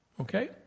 Okay